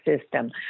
system